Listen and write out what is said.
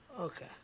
Okay